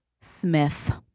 Smith